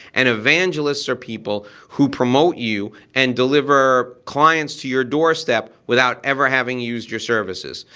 and evangelists are people who promote you and deliver clients to your doorstep without ever having used your services.